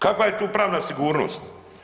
Kakva je tu pravna sigurnost?